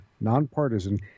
nonpartisan